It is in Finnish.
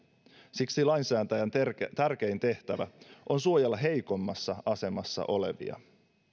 siksi lainsäätäjän tärkein tehtävä on suojella heikommassa asemassa olevia